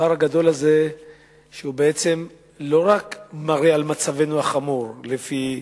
הפער הגדול הזה שלא רק מראה את מצבנו החמור, לפי